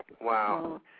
Wow